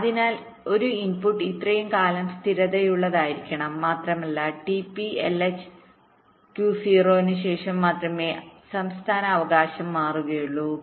അതിനാൽ ഒരു ഇൻപുട്ട് ഇത്രയും കാലം സ്ഥിരതയുള്ളതായിരിക്കണം മാത്രമല്ല ഈ t p lh Q0 ന് ശേഷം മാത്രമേ സംസ്ഥാന അവകാശം മാറുകയുള്ളൂ